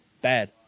bad